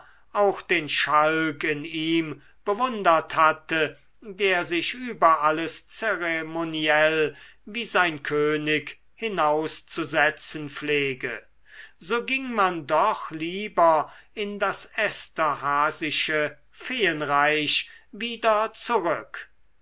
auch den schalk in ihm bewundert hatte der sich über alles zeremoniell wie sein könig hinauszusetzen pflege so ging man doch lieber in das esterhazysche feenreich wieder zurück